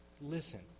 listen